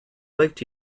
liked